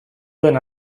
duen